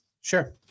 Sure